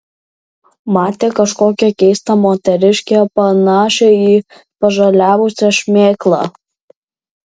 matė kažkokią keistą moteriškę panašią į pažaliavusią šmėklą